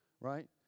right